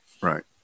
Right